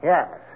Yes